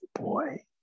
boy